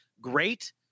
great